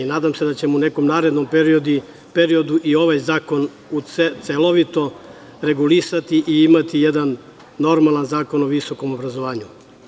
Nadam se da ćemo u nekom narednom periodu i ovaj zakon celovito regulisati i imati jedan normalan zakon o visokom obrazovanju.